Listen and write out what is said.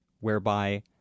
whereby